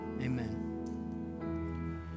amen